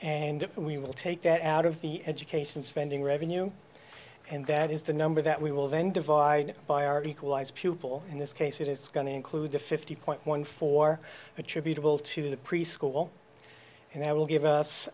and we will take that out of the education spending revenue and that is the number that we will then divide by our equalize pupil in this case it's going to include a fifty point one for attributable to the preschool and that will give us